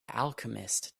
alchemist